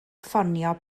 ffonio